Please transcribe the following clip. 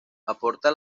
aporta